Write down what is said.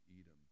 Edom